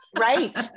Right